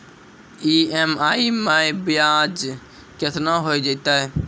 EMI मैं ब्याज केतना हो जयतै?